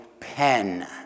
pen